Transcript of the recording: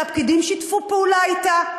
שהפקידים שיתפו פעולה אתה,